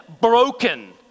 broken